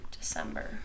December